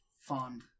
fond